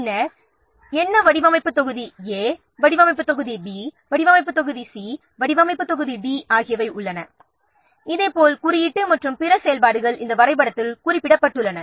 பின்னர் வடிவமைப்பு தொகுதி A வடிவமைப்பு தொகுதி B வடிவமைப்பு தொகுதி C வடிவமைப்பு தொகுதி D ஆகியவை வரையப்பட்டு உள்ளன இதேபோல் குறியீட்டு மற்றும் பிற செயல்பாடுகள் இந்த வரைபடத்தில் குறிப்பிடப்பட்டுள்ளன